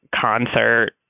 concert